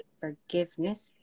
forgiveness